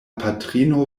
patrino